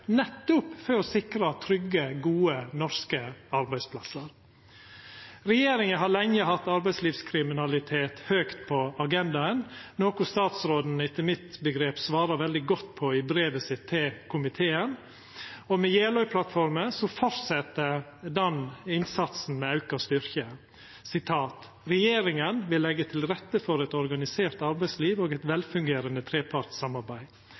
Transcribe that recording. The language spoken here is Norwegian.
trygge og gode norske arbeidsplassar. Regjeringa har lenge hatt arbeidslivskriminalitet høgt på agendaen, noko statsråden etter mitt syn svarar veldig godt på i brevet sitt til komiteen. Med Jeløya-plattforma fortset ein den innsatsen med auka styrke. Regjeringa vil «legge til rette for et organisert arbeidsliv og et velfungerende trepartssamarbeid»